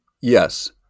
Yes